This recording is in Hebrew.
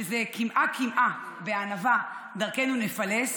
שזה קמעה-קמעה, בענווה דרכנו נפלס.